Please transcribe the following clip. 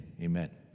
amen